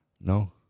No